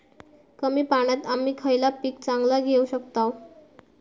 कमी पाण्यात आम्ही खयला पीक चांगला घेव शकताव?